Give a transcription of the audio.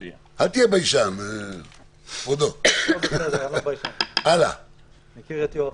הלאה, גור, אנחנו צריכים לעבוד.